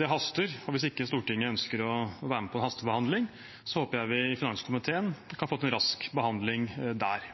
Det haster. Hvis Stortinget ikke ønsker å være med på en hastebehandling, håper jeg vi i finanskomiteen kan få til en rask behandling der.